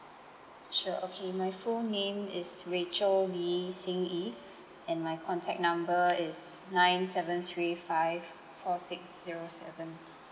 sure okay my full name is rachel lee sin yee and my contact number is nine seven three five four six zero seven